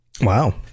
wow